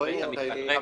רועי,